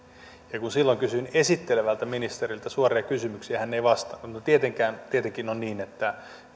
ja kun silloin kysyin esittelevältä ministeriltä suoria kysymyksiä hän ei vastannut no tietenkin on niin että